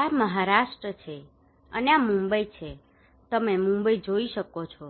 આ મહારાષ્ટ્ર છે અને આ મુંબઈ છે તમે મુંબઇ જોઈ શકો છો